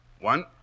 One